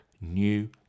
New